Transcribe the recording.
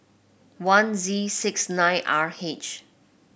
one Z six nine R H